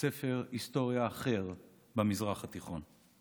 ספר היסטוריה אחר במזרח התיכון.